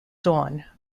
dawn